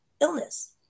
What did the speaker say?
illness